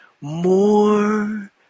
more